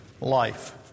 life